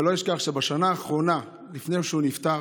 ולא אשכח שבשנה האחרונה לפני שהוא נפטר